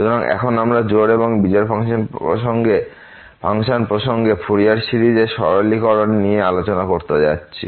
সুতরাং এখন আমরা জোড় এবং বিজোড় ফাংশন প্রসঙ্গে ফুরিয়ার সিরিজের সরলীকরণ নিয়ে আলোচনা করতে যাচ্ছি